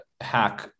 hack